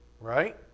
Right